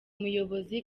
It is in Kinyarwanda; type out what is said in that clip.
muyobozi